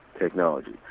technology